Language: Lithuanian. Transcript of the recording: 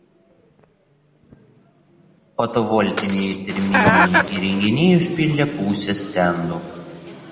fotovoltiniai ir terminiai įrenginiai užpildė pusę stendų